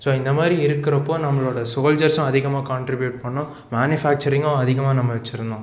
so இந்த மாதிரி இருக்கிறப்போ நம்மளோடய சோல்ஜர்ஸும் அதிகமாக கான்ட்ரிபியூட் பண்ணோம் மேனுஃபேக்சரிங்கும் அதிகமாக நாம் வச்சிருந்தோம்